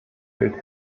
gilt